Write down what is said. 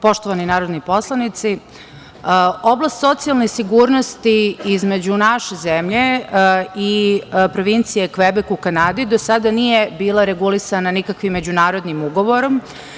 Poštovani narodni poslanici, oblast socijalne sigurnosti između naše zemlje i provincije Kvebek u Kanadi do sada nije bila regulisana nikakvim međunarodnim ugovorom.